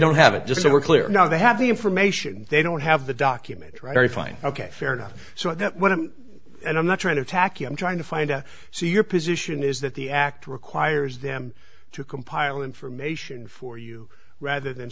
don't have it just so we're clear now they have the information they don't have the documentary fine ok fair enough so that one of them and i'm not trying to attack you i'm trying to find out so your position is that the act requires them to compile information for you rather than